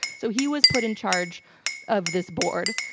so he was put in charge of this board.